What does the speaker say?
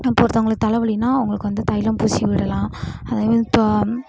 இப்போ ஒருத்தங்களுக்கு தலைவலினா அவங்களுக்கு வந்து தைலம் பூசி விடலாம் அதே மாதிரி தோ